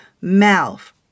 mouth